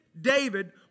David